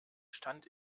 stand